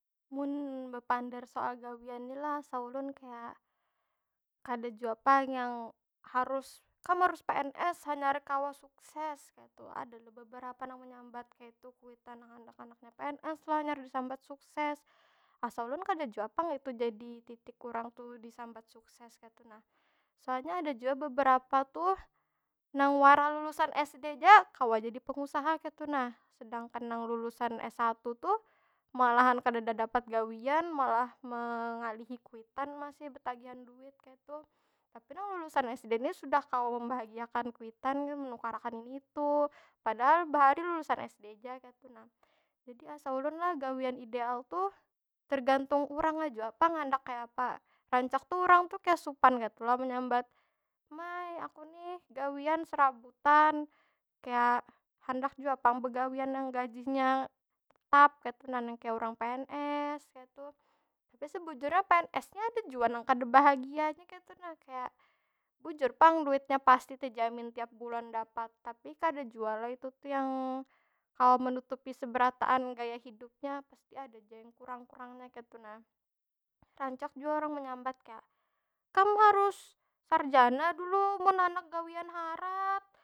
Mun bepander soal gawian ni lah, asa ulun kaya, kada jua pang yang harus, kam harus pns hanyar kawa sukses kaytu. Ada lo beberapa nang menyambat kaytu kuitan nang handak anaknya pns lah, hanyar disambat sukses. Asa ulun kada jua pang itu jadi titik urang tu disambat sukses kaytu nah. Soalnya ada jua beberapa tuh, nang wara lulusan sd ja kawa jadi pengusaha kaytu nah. Sedangkan nang lulusan s satu tuh, malahan kadeda nang dapat gawian. Malah mengalihi kuitan masih, betagihan duit kaytu. Tapi nang lulusan sd ni sudah kawa membahagiakan kuitan kaytu, menukarakan ini itu. Padahal bahari lulusan sd ja kaytu nah. Jadi asa ulun lah gawian ideal tu, tergantung urangnya jua pang handak kaya apa? Rancak tu urang tu kaya supan kaytu lo menyambat, ma ai aku nih gawian serabutan, kaya handak jua pang begawian nang gajinya, tetap kaytu nah. Nang kaya urang pns, kaytu. Tapi sebujurnya pns ni ada jua nang kada bahagia ja kaytu nah. Kaya, bujur pang duitnya pasti, tejamin tiap bulan dapat. Tapi kada jua lo itu tu yang, kawa menutupi seberataan gaya hidupnya. Pasti ada ja yang kurang- kurangnya kaytu nah. rancak jua urang menyambat kaya, kam harus sarjana dulu munhandak gawian harat.